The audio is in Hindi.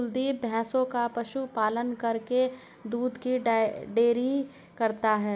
कुलदीप भैंसों का पशु पालन करके दूध की डेयरी करता है